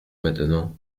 maintenant